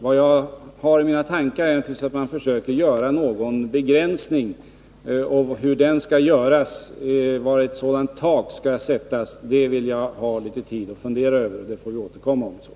Vad jag har i mina tankar är naturligtvis att försöka göra någon begränsning. Var ett sådant tak skall sättas vill jag ha tid att fundera på. Det får vi återkomma till.